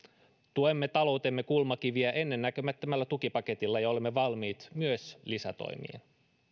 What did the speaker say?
tuemme taloutemme kulmakiviä ennennäkemättömällä tukipaketilla ja olemme valmiita myös lisätoimiin